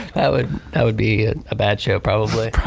that would that would be a bad show probably.